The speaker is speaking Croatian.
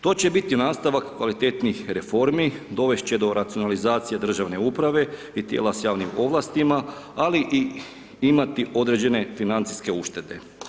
To će biti nastavak kvalitetnijih reformi, dovest će do racionalizacije državne uprave i tijela s javnim ovlastima ali i imati određene financijske uštede.